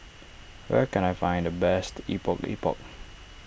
where can I find the best Epok Epok